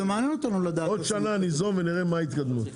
עוד שנה ניזום, ונראה מה ההתקדמות.